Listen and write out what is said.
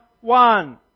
one